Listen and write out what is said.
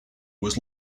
was